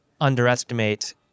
underestimate